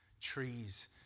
trees